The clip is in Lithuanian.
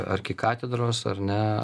arkikatedros ar ne